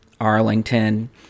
Arlington